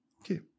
Okay